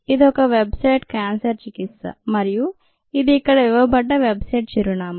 ఇది ఒక website cancer చికిత్స మరియు ఇది ఇక్కడ ఇవ్వబడ్డ వెబ్ సైట్ చిరునామా